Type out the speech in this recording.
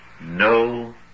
no